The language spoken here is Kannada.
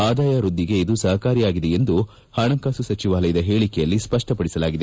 ಆದಾಯ ವ್ವದ್ದಿಗೆ ಇದು ಸಹಕಾರಿಯಾಗಿದೆ ಎಂದು ಪಣಕಾಸು ಸಚಿವಾಲಯದ ಹೇಳಿಕೆಯಲ್ಲಿ ಸ್ವಷ್ಟಪಡಿಸಿದೆ